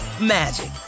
magic